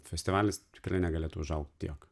festivalis tikrai negalėtų užaugti tiek